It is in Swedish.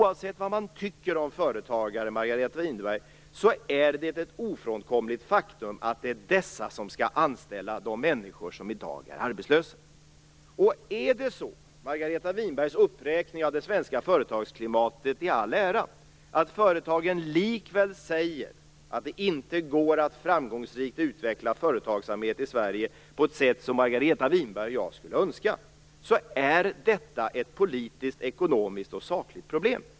Oavsett vad man tycker om företagare, Margareta Winberg, är det ett ofrånkomligt faktum att det är dessa som skall anställa de människor som i dag är arbetslösa. Margareta Winbergs uppräkning som gällde det svenska företagsklimatet i all ära, men är det så att företagen likväl säger att det inte går att framgångsrikt utveckla företagsamhet i Sverige på det sätt som Margareta Winberg och jag skulle önska så är detta ett politiskt, ekonomiskt och sakligt problem.